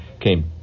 came